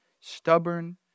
stubborn